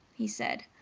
he said.